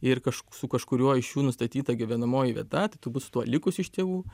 ir kažk su kažkuriuo iš jų nustatyta gyvenamoji vieta tai turbūt su tuo likusiu iš tėvų